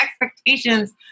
expectations